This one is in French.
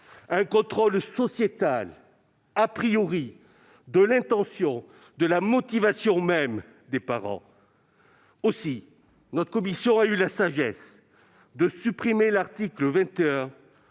un contrôle sociétal de l'intention et de la motivation même des parents. Aussi notre commission a-t-elle eu la sagesse de supprimer l'article 21,